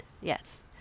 yes